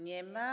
Nie ma.